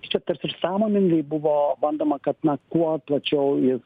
čia tarsi ir sąmoningai buvo bandoma kad na kuo plačiau jis